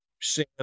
Sam